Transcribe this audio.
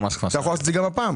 אתה יכול לעשות את זה גם הפעם.